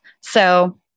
So-